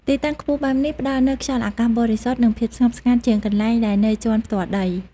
ទីតាំងខ្ពស់បែបនេះផ្ដល់នូវខ្យល់អាកាសបរិសុទ្ធ និងភាពស្ងប់ស្ងាត់ជាងកន្លែងដែលនៅជាន់ផ្ទាល់ដី។